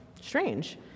strange